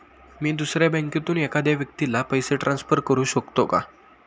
मी दुसऱ्या बँकेतून एखाद्या व्यक्ती ला पैसे ट्रान्सफर करु शकतो का?